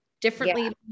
differently